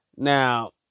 Now